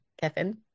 kevin